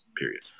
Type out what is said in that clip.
period